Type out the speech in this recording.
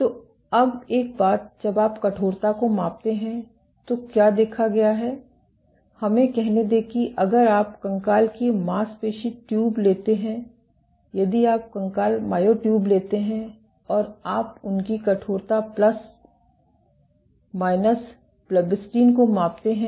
तो अब एक बात जब आप कठोरता को मापते हैं तो क्या देखा गया है हमें कहने दें कि अगर आप कंकाल की मांसपेशी ट्यूब लेते हैं यदि आप कंकाल मायोट्यूब लेते हैं और आप उनकी कठोरता प्लस माइनस ब्लेबिस्टैटिन को मापते हैं